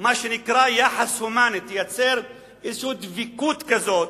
מה שנקרא יחס הומני, תייצר איזושהי דבקות כזאת,